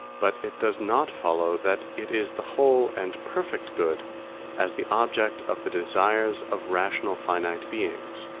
but it does not follow that it is the whole and perfect good as the object of the desires of rational finite beings